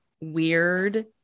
weird